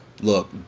Look